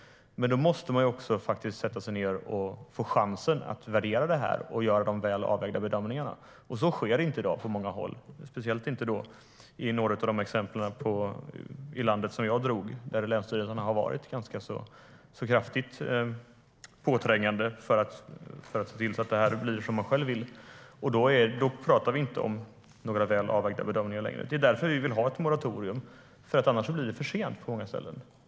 Men då måste man faktiskt sätta sig ned och få chansen att värdera och göra väl avvägda bedömningar. På många håll sker det inte i dag, speciellt inte i fråga om några av de exempel i landet som jag tog upp, där länsstyrelsen har varit ganska kraftigt påträngande för att se till att det blir som man själv vill. Då pratar vi inte om några väl avvägda bedömningar längre. Det är därför vi vill ha ett moratorium. Annars blir det för sent på många ställen.